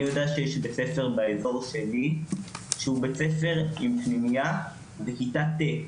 אני יודע שיש בית ספר באיזור שלי שהוא בית ספר עם פנימייה מכיתה ט'.